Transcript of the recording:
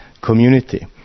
community